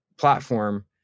platform